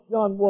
John